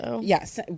yes